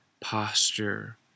posture